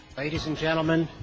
ladies and gentlemen